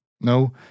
No